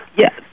Yes